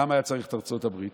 למה היה צריך את ארצות הברית?